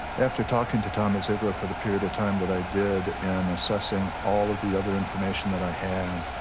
after talking to tommy zeigler for the period of time that i did and assessing all of the other information that i had,